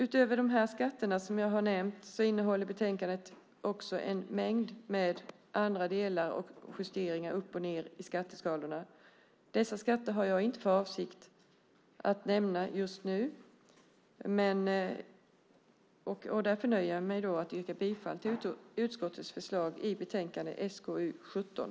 Utöver de skatter som jag har nämnt innehåller betänkandet också en mängd andra delar och justeringar upp och ned i skatteskalorna. Dessa skatter har jag inte för avsikt att nämna just nu. Jag nöjer mig därför med att yrka bifall till utskottets förslag i betänkande SkU17.